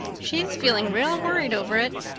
she's feeling real worried over it.